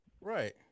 right